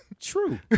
True